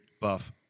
Buff